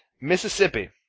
Mississippi